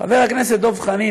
חבר הכנסת דב חנין,